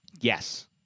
Yes